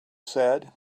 said